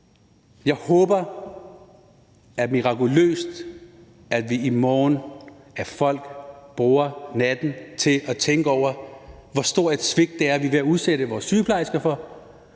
Jeg håber, at folk – mirakuløst – vil bruge natten til at tænke over, hvor stort et svigt det er, vi er ved at udsætte vores sygeplejersker for,